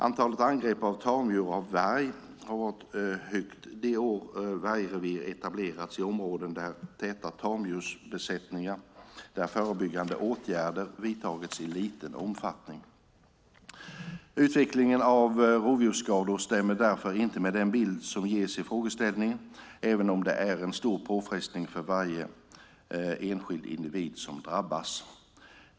Antalet angrepp på tamdjur av varg har varit högt de år vargrevir etablerats i områden med täta tamdjursbesättningar där förebyggande åtgärder vidtagits i liten omfattning. Utvecklingen av rovdjursskador stämmer därför inte med den bild som ges i frågeställningen även om det är en stor påfrestning för varje enskild individ som drabbas.